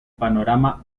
panorama